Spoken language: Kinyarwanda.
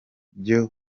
byo